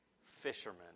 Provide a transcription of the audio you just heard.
Fishermen